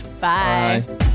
Bye